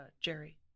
Jerry